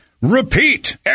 repeat